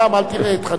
אל תראה את חנין.